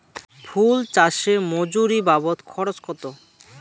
ফুল চাষে মজুরি বাবদ খরচ কত?